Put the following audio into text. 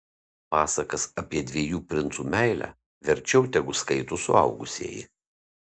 pasakas apie dviejų princų meilę verčiau tegu skaito suaugusieji